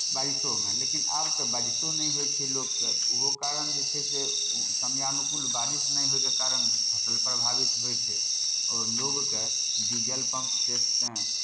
बारिशोमे लेकिन आब तऽ बारिशो नहि होइ छै लोकके ओहो कारण जे छै से ओ समयानुकूल बारिश नहि होइके कारण फसल प्रभावित होइ छै आओर लोककेँ डीजल पम्पसेटसँ